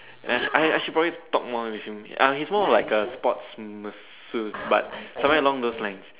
yes I actually probably should talk more with him uh he's more of like a sports masseur but something along those lines